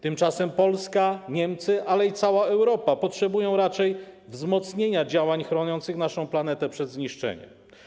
Tymczasem Polska, Niemcy, ale i cała Europa potrzebują raczej wzmocnienia działań chroniących naszą planetę przed zniszczeniem.